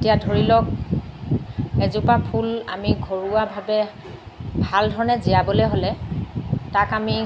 এতিয়া ধৰি লওক এজোপা ফুল আমি ঘৰুৱাভাৱে ভাল ধৰণে জীয়াবলৈ হ'লে তাক আমি